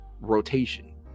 rotation